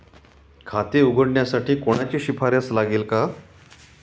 खाते उघडण्यासाठी कोणाची शिफारस लागेल का?